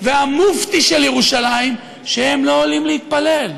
והמופתי של ירושלים שהם לא עולים להתפלל,